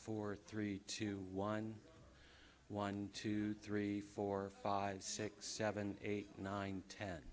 four three two one one two three four five six seven eight nine ten